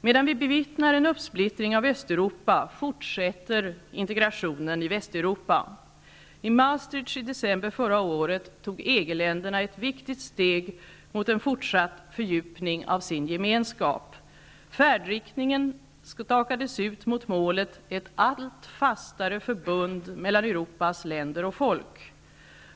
Medan vi bevittnar en uppsplittring av Östeuropa fortsätter integrationen i Västeuropa. I Maastricht i december förra året tog EG-länderna ett viktigt steg mot en fortsatt fördjupning av sin gemenskap. Färdriktningen stakades ut mot målet, ett allt fastare förbund mellan Europas länder och folk.